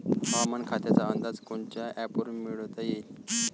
हवामान खात्याचा अंदाज कोनच्या ॲपवरुन मिळवता येईन?